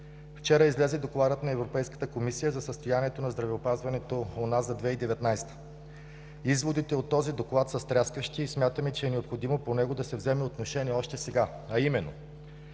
Вчера излезе Докладът на Европейската комисия за състоянието на здравеопазването у нас за 2019 г. Изводите от този доклад са стряскащи и смятаме, че е необходимо по него да се вземе отношение още сега, а именно: